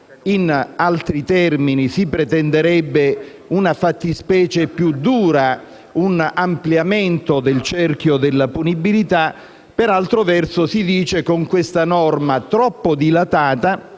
In altri termini, si pretenderebbe una fattispecie più dura e un ampliamento del cerchio della punibilità. Per altro verso, si dice che con questa norma troppa dilatata